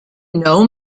know